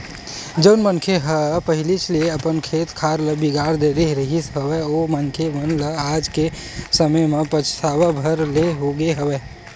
जउन मनखे मन ह पहिलीच ले अपन खेत खार ल बिगाड़ डरे रिहिस हवय ओ मनखे मन ल आज के समे म पछतावत भर ले होगे हवय